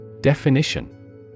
Definition